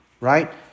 Right